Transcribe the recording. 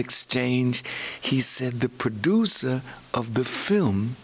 exchange he said the producer of the film